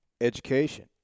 education